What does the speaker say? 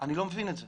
אני לא מבין את זה.